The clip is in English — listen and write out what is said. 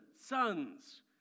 sons